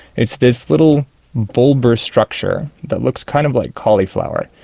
it's this little bulbar structure that looks kind of like cauliflower.